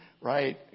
right